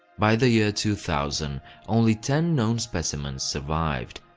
by the year two thousand only ten known specimens survived.